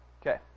Okay